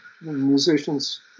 musicians